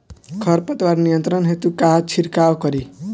खर पतवार नियंत्रण हेतु का छिड़काव करी?